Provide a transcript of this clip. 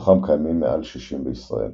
מתוכם קיימים מעל 60 בישראל.